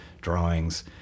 drawings